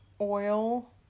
oil